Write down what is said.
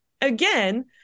again